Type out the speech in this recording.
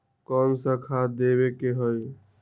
कोन सा खाद देवे के हई?